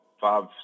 five